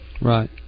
Right